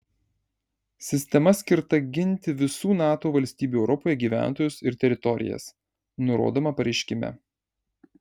sistema skirta ginti visų nato valstybių europoje gyventojus ir teritorijas nurodoma pareiškime